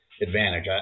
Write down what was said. advantage